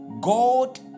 god